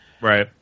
Right